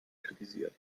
kritisiert